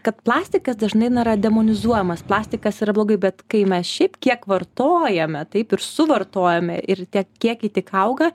kad plastikas dažnai na yra demonizuojamas plastikas yra blogai bet kai me šiaip kiek vartojame taip ir suvartojame ir tie kiekiai tik auga